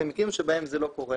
במקרים שבהם זה לא קורה,